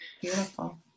Beautiful